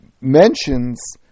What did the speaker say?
mentions